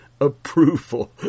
approval